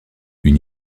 une